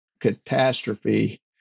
catastrophe